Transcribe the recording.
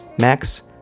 max